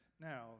now